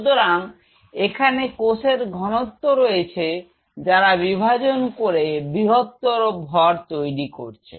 সুতরাং এখানে কোষের ঘনত্ব রয়েছে যারা বিভাজন করে বৃহত্তর ভর তৈরি করছে